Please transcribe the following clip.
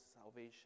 salvation